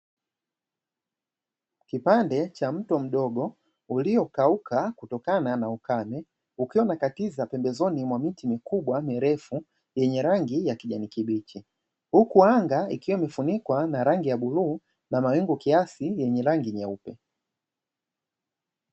Kipande cha mto mdogo uliokauka kutokana na ukame, ukiwa umekatiza pembezoni mwa miti mikubwa mirefu yenye rangi ya kijani kibichi, huku anga ikiwa imefunikwa na rangi ya bluu na mawingu kiasi yenye rangi nyeupe.